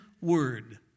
Word